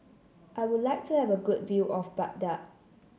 I would like to have a good view of Baghdad